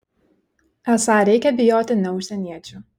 esą reikia bijoti ne užsieniečių